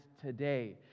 today